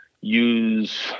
use